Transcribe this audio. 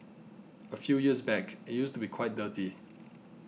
a few years back it used to be quite dirty